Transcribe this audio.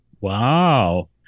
wow